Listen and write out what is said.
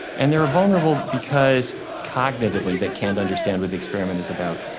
and they are vulnerable because cognitively they can't understand what the experiment is about,